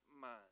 mind